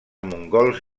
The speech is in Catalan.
mongols